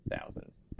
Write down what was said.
thousands